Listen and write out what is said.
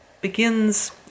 begins